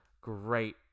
great